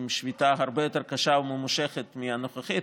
עם שביתה הרבה יותר קשה וממושכת מהנוכחית,